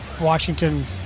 Washington